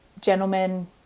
gentlemen